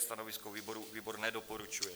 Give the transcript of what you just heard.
Stanovisko výboru: výbor nedoporučuje.